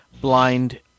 blind